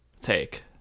take